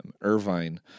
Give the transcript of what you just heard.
Irvine